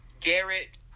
Garrett